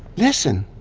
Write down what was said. listen.